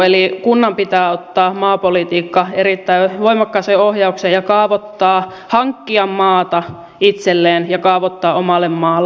eli kunnan pitää ottaa maapolitiikka erittäin voimakkaaseen ohjaukseen ja hankkia maata itselleen ja kaavoittaa omalle maalle